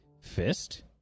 Fist